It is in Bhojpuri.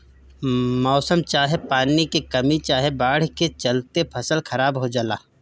मौसम चाहे पानी के कमी चाहे बाढ़ के चलते फसल खराब हो जला